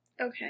Okay